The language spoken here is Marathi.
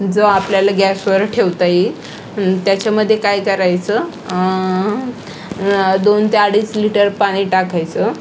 जो आपल्याला गॅसवर ठेवता येईल त्याच्यामध्ये काय करायचं दोन ते अडीच लीटर पाणी टाकायचं